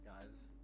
guys